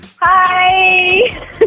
Hi